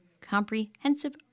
comprehensive